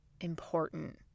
important